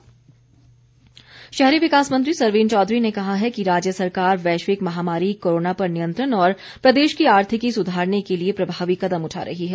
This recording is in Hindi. सरवीण चौधरी शहरी विकास मंत्री सरवीण चौधरी ने कहा है कि राज्य सरकार वैश्विक महामारी कोरोना पर नियंत्रण और प्रदेश की आर्थिकी सुधारने के लिए प्रभावी कदम उठा रही है